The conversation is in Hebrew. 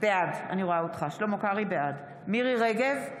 בעד מירי מרים רגב,